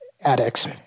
addicts